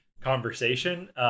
conversation